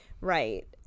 right